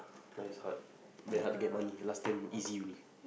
now it's hard very hard to get money last time easy only